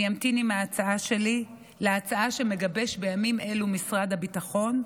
אני אמתין עם ההצעה שלי להצעה שמגבש בימים אלו משרד הביטחון,